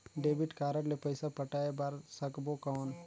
Debit card ले पइसा पटाय बार सकबो कौन?